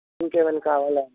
ఇంకేమైనా కావాలా